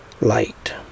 Light